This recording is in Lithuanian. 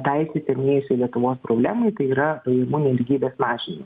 tai įsisenėjusiai lietuvos problemai tai yra pajamų nelygybės mažinimui